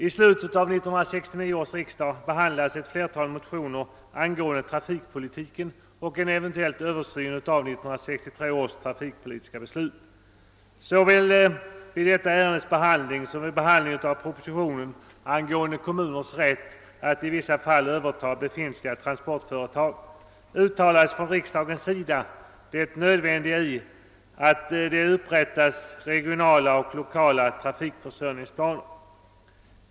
I slutet av 1969 års riksdag behandlades ett flertal motioner angående trafikpolitiken och en eventuell översyn av 1963 års trafikpolitiska beslut. Såväl vid behandlingen av detta ärende som vid behandlingen av propositionen angående kommuners rätt att i vissa fall överta befintliga transportföretag uttalades från riksdagens sida nödvändigheten av att det upprättas regionala och lokala trafikförsörjningsplaner.